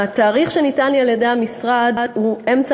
התאריך שניתן לי על-ידי המשרד הוא אמצע